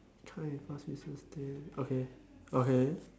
okay okay